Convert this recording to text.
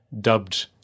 dubbed